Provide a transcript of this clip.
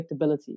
predictability